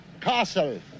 castle